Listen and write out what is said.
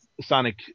Sonic